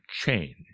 change